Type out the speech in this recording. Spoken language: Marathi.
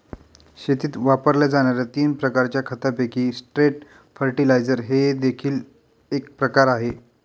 शेतीत वापरल्या जाणार्या तीन प्रकारच्या खतांपैकी स्ट्रेट फर्टिलाइजर हे देखील एक प्रकार आहे